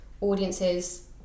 audiences